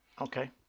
okay